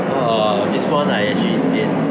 !wah! this [one] I actually did